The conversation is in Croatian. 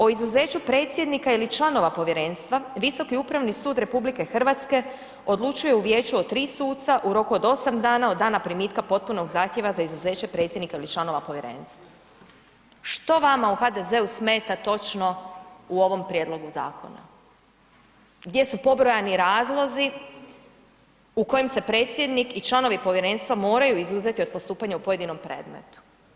O izuzeću predsjednika ili članova povjerenstva Visoki upravni sud RH odlučuje u vijeću od tri suca u roku od osam dana od dana primitka potpunog zahtjeva za izuzeće predsjednika ili članova povjerenstva.“ Što vama u HDZ-u smeta točno u ovom prijedlogu zakona gdje su pobrojani razlozi u kojem se predsjednik i članovi povjerenstva moraju izuzeti od postupanja u pojedinom predmetu?